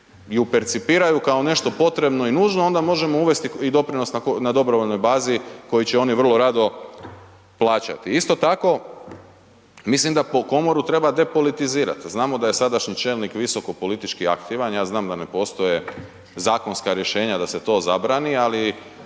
ju percipiraju kao nešto potrebno i nužno, onda možemo uvesti i doprinos na dobrovoljnoj bazi koji će oni vrlo rado plaćati. Isto tako, mislim da komoru treba depolitizirati, znamo da je sadašnji čelnik visoko politički aktivan, ja znam da ne postoje zakonska rješenja da se to zabrani ali